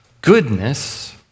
goodness